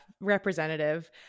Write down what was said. Representative